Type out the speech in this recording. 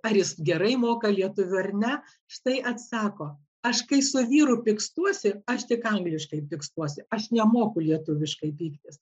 ar jis gerai moka lietuvių ar ne štai atsako aš kai su vyru pykstuosi aš tik angliškai pykstuosi aš nemoku lietuviškai pyktis